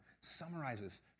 summarizes